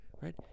Right